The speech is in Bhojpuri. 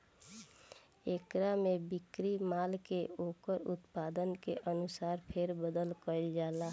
एकरा में बिक्री माल के ओकर उत्पादन के अनुसार फेर बदल कईल जाला